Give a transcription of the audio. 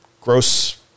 gross